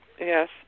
Yes